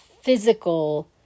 physical